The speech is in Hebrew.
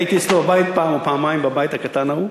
הייתי אצלו בבית פעם או פעמיים, בבית הקטן ההוא,